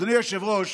אדוני היושב-ראש,